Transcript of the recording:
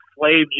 slaves